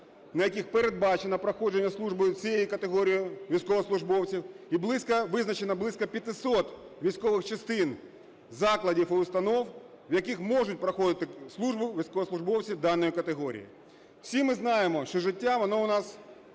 на яких передбачено проходження служби цією категорією військовослужбовців, і визначено близько 500 військових частин, закладів і установ, в яких можуть проходити службу військовослужбовці даної категорії. Всі ми знаємо, що життя воно у нас